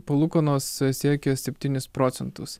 palūkanos siekia septynis procentus